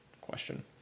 question